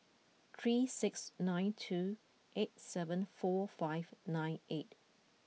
three six nine two eight seven four five nine eight